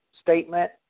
statement